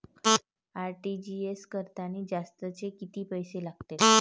RTGS करतांनी जास्तचे कितीक पैसे लागते?